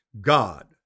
God